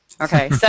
Okay